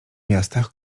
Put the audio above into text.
miastach